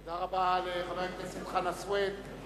תודה רבה לחבר הכנסת חנא סוייד.